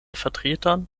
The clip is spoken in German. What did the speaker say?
vertretern